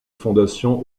fondation